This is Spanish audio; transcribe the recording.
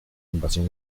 invasión